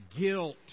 guilt